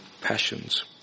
passions